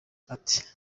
ati